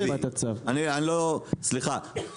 סליחה,